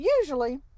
usually